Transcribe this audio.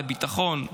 לביטחון.